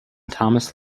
thomas